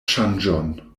ŝanĝon